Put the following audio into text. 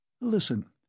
Listen